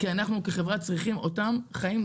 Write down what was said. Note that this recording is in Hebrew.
כי אנחנו כחברה צריכים אותם חיים,